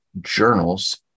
journals